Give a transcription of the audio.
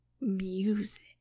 music